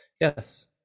yes